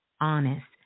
honest